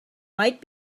might